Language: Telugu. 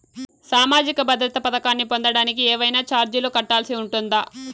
సామాజిక భద్రత పథకాన్ని పొందడానికి ఏవైనా చార్జీలు కట్టాల్సి ఉంటుందా?